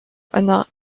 einer